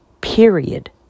Period